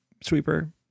sweeper